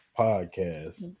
podcast